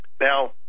Now